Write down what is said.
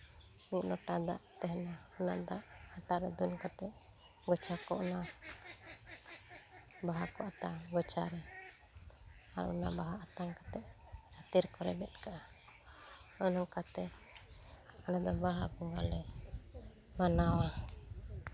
ᱢᱤᱫ ᱞᱚᱴᱟ ᱫᱟᱜ ᱛᱟᱦᱮᱱᱟ ᱚᱱᱟ ᱫᱟᱜ ᱦᱟᱴᱟᱜ ᱨᱮ ᱫᱩᱞ ᱠᱟᱛᱮ ᱜᱳᱪᱷᱟ ᱠᱚ ᱚᱱᱟ ᱵᱟᱦᱟ ᱠᱚ ᱟᱛᱟᱝᱟ ᱚᱱᱟ ᱜᱳᱪᱷᱟᱨᱮ ᱟᱨ ᱚᱱᱟ ᱵᱟᱦᱟ ᱟᱛᱟᱝ ᱠᱟᱛᱮ ᱥᱟᱛᱮ ᱨᱮᱠᱚ ᱨᱮᱵᱮᱫ ᱠᱟᱜᱼᱟ ᱱᱚᱝᱠᱟᱛᱮ ᱟᱞᱮ ᱫᱚ ᱵᱟᱦᱟ ᱵᱚᱸᱜᱟᱞᱮ ᱢᱟᱱᱟᱣᱟ